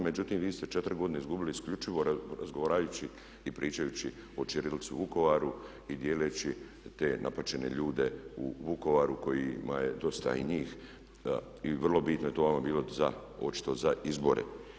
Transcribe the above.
Međutim, vi ste četiri godine izgubili isključivo razgovarajući i pričajući o ćirilici u Vukovaru i dijeleći te napaćene ljude u Vukovaru kojima je dosta i njih i vrlo bitno je to vama bilo za očito za izbore.